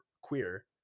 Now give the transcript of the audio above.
queer